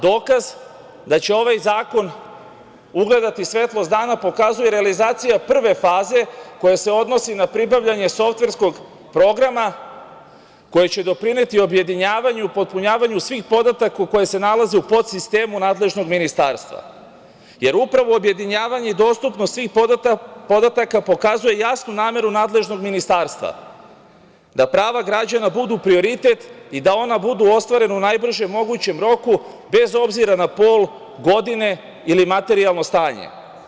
Dokaz da će ovaj zakon ugledati svetlost dana pokazuje i realizacija prve faze koja se odnosi na pribavljanje softverskog programa koji će doprineti objedinjavanju u popunjavanju svih podataka koji se nalaze u podsistemu nadležnog ministarstva, jer upravo objedinjavanje i dostupnost svih podataka pokazuje jasnu nameru nadležnog ministarstva da prava građana budu prioritet i da ona budu ostvare u najbržem mogućem roku bez obzira na pol, godine ili materijalno stanje.